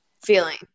feeling